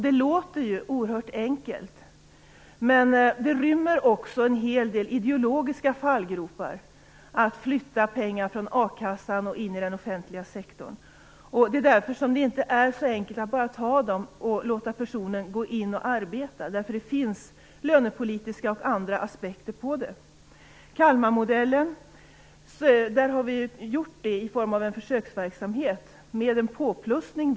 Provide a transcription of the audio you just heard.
Det låter oerhört enkelt, men det rymmer också en hel del ideologiska fallgropar att flytta pengar från a-kassan och in i den offentliga sektorn. Det är därför det inte är så enkelt att bara ta pengarna och låta personen arbeta. Det finns lönepolitiska och andra aspekter på det. I Kalmarmodellen har vi gjort detta i form av en försöksverksamhet med en påplussning.